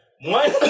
One